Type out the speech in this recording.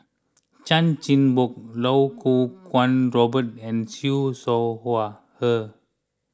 Chan Chin Bock Iau Kuo Kwong Robert and Siew Shaw Her